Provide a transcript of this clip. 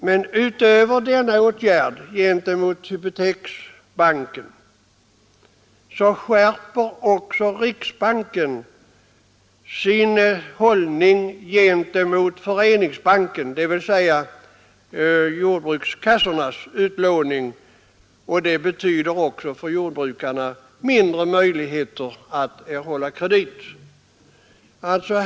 Men utöver denna åtgärd gentemot Hypoteksbanken skärper också riksbanken sin hållning gentemot Föreningsbanken, dvs. jordbrukskassornas utlåning, och det betyder också för jordbrukarna mindre möjligheter att erhålla kredit.